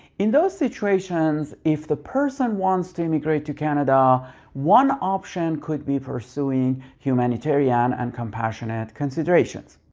in those situations if the person wants to immigrate to canada one option could be pursuing humanitarian and compassionate considerations.